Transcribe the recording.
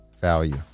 value